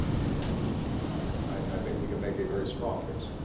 and i think we can make a very strong case